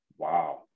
Wow